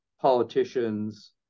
politicians